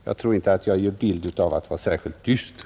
Jag tror dock inte att jag gör intryck av att vara särskilt dyster.